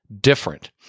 different